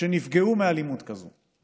שנפגעו מאלימות כזו,